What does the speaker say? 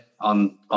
on